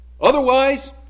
Otherwise